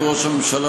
כבוד ראש הממשלה,